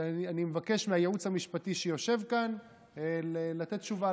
אני מבקש מהייעוץ המשפטי שיושב כאן לתת תשובה,